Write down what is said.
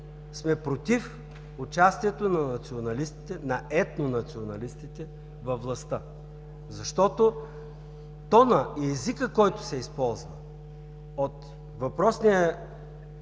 сме против участието на националистите, на етнонационалистите във властта. Защото тонът и езикът, който се използва от въпросния